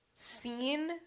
seen